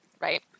right